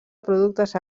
productes